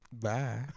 Bye